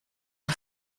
een